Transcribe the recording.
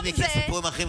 אני מכיר סיפורים אחרים,